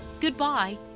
Goodbye